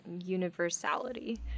universality